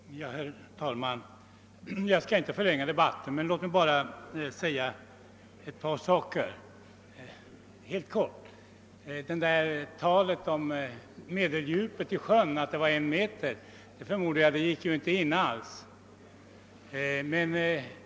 Herr talman! Jag skall inte förlänga debatten, men låt mig bara säga ett par saker helt kort. Talet om att medeldjupet i sjön var en meter gick tydligen inte alls in.